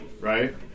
right